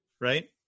right